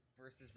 versus